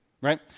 Right